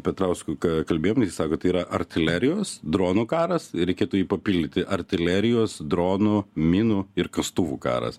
petrausku ką kalbėjom nes jis sako tai yra artilerijos dronų karas ir reikėtų jį papildyti artilerijos dronų minų ir kastuvų karas